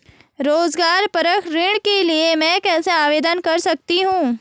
रोज़गार परक ऋण के लिए मैं कैसे आवेदन कर सकतीं हूँ?